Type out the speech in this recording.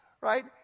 right